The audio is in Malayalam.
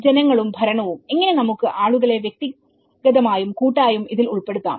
ജനങ്ങളും ഭരണവുംഎങ്ങനെ നമുക്ക് ആളുകളെ വ്യക്തിഗതമായും കൂട്ടായും ഇതിൽ ഉൾപ്പെടുത്താം